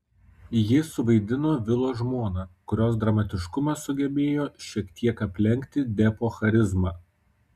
ji suvaidino vilo žmoną kurios dramatiškumas sugebėjo šiek tiek aplenkti depo charizmą